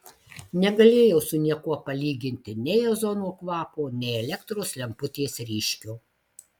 negalėjau su niekuo palyginti nei ozono kvapo nei elektros lemputės ryškio